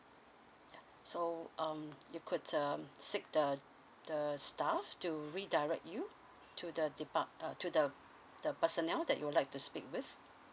yeah so um you could um seek the the staff to redirect you to the depart uh to the the personnel that you would like to speak with